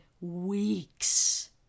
weeks